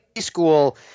school